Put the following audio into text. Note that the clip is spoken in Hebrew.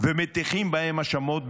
ומטיחים בהם האשמות,